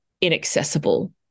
inaccessible